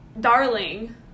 Darling